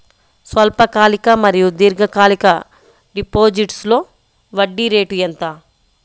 స్వల్పకాలిక మరియు దీర్ఘకాలిక డిపోజిట్స్లో వడ్డీ రేటు ఎంత?